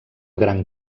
gran